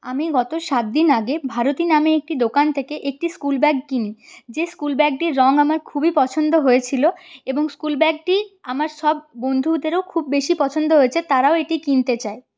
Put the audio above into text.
আমি গত সাতদিন আগে ভারতী নামে একটি দোকান থেকে একটি স্কুলব্যাগ কিনি যে স্কুলব্যাগটির রং আমার খুবই পছন্দ হয়েছিলো এবং স্কুলব্যাগটি আমার সব বন্ধুদেরও খুব বেশি পছন্দ হয়েছে তারাও এটি কিনতে চায়